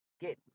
get